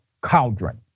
Cauldron